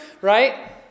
right